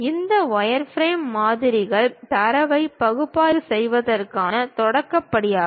இந்த வயர்ஃப்ரேம் மாதிரிகள் தரவை பகுப்பாய்வு செய்வதற்கான தொடக்க படியாகும்